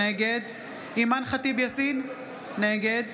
נגד אימאן ח'טיב יאסין, נגד